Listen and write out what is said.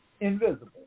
invisible